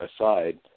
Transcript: aside